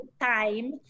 time